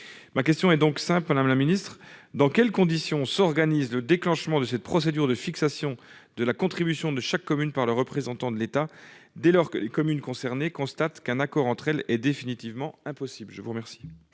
ma question est donc simple : à Madame la Ministre, dans quelles conditions s'organise le déclenchement de cette procédure de fixation de la contribution de chaque commune par le représentant de l'État, dès lors que les communes concernées, constate qu'un accord entre elle et définitivement impossibles, je vous remercie.